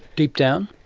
deep down?